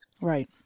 Right